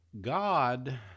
God